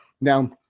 Now